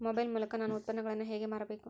Mobile ಮೂಲಕ ನಾನು ಉತ್ಪನ್ನಗಳನ್ನು ಹೇಗೆ ಮಾರಬೇಕು?